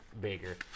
bigger